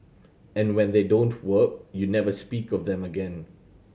and when they don't work you never speak of them again